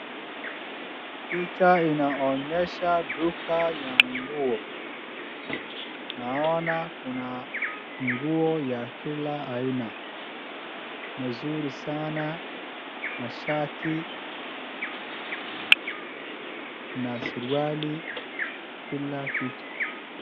Picha inaonyesha duka ya nguo. Naona kuna nguo ya kila aina, mzuri sana. Mashati na suruali, kila kitu.